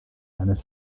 eines